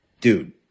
Dude